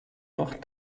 noch